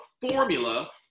formula